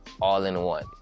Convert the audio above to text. all-in-one